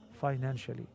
financially